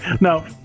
no